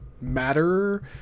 matter